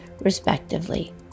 respectively